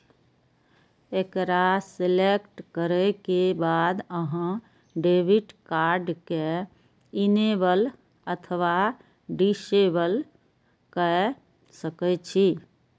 एकरा सेलेक्ट करै के बाद अहां डेबिट कार्ड कें इनेबल अथवा डिसेबल कए सकै छी